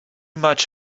much